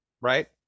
right